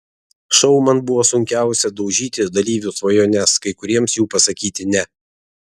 šou man buvo sunkiausia daužyti dalyvių svajones kai kuriems jų pasakyti ne